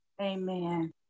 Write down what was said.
Amen